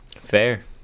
Fair